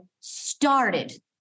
started